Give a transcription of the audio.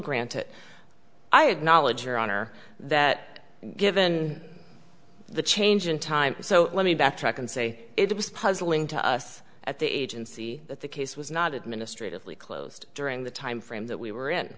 grant it i acknowledge your honor that given the change in time so let me backtrack and say it was puzzling to us at the agency that the case was not administratively closed during the timeframe that we were in